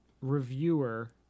reviewer